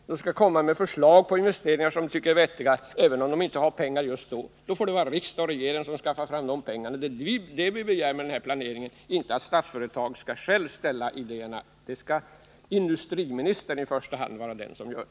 Man skall presentera förslag till vettiga investeringar, även om det inte för dagen finns pengar att genomföra dem. Dessa pengar får riksdag och regering skaffa fram. Det är vad vi begär. Däremot begär vi inte att Statsföretag AB ensamt skall komma med idéerna, utan de skall i första hand komma från industriministern.